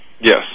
Yes